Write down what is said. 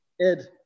Ed